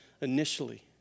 initially